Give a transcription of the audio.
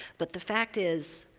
but the fact is,